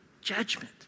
judgment